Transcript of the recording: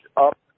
up